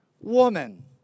woman